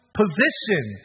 position